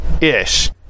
ish